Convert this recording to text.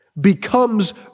becomes